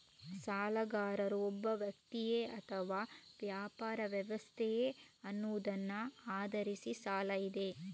ಸಾಲಗಾರನು ಒಬ್ಬ ವ್ಯಕ್ತಿಯೇ ಅಥವಾ ವ್ಯಾಪಾರ ವ್ಯವಸ್ಥೆಯೇ ಅನ್ನುವುದನ್ನ ಆಧರಿಸಿ ಸಾಲ ಇದೆ